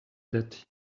that